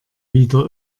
wieder